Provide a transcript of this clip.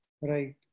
Right